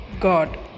God